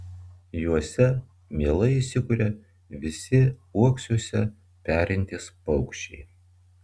juose mielai įsikuria visi uoksuose perintys paukščiai